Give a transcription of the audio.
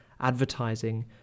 advertising